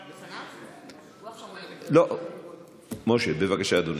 משה אבוטבול, בבקשה, אדוני.